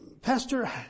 Pastor